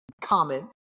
comment